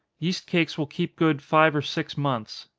yeast cakes will keep good five or six months.